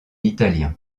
italien